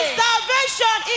salvation